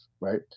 right